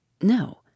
No